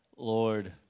Lord